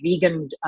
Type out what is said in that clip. vegan